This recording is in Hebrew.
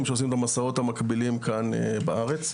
שעושים את המסעות המקבילים כאן בארץ.